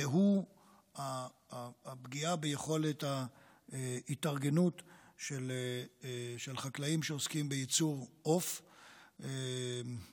והוא הפגיעה ביכולת ההתארגנות של חקלאים שעוסקים בייצור עוף במדינה.